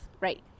right